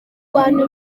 bantu